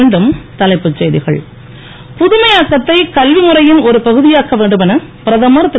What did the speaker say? மீண்டும் தலைப்புச் செய்திகள் புதுமையாக்கத்தை கல்வி முறையின் ஒரு பகுதியாக்க வேண்டுமென பிரதமர் திரு